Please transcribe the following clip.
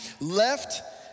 left